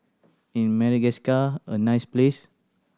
in Madagascar a nice place